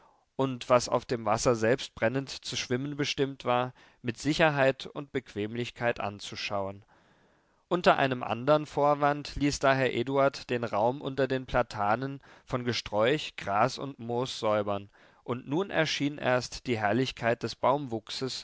und was auf dem wasser selbst brennend zu schwimmen bestimmt war mit sicherheit und bequemlichkeit anzuschauen unter einem andern vorwand ließ daher eduard den raum unter den platanen von gesträuch gras und moos säubern und nun erschien erst die herrlichkeit des